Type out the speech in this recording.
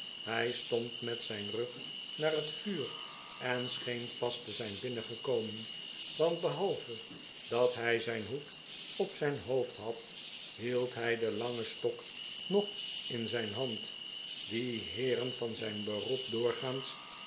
hij stond met zijn rug naar het vuur r en scheen pas te zijn binnengekomen want behalve dat hij zijn hoed nog op zijn hoofd had hield hij den langen stok nog in zijn hand dien heeren van zijn beroep doorgaans